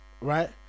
Right